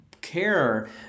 care